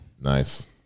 Nice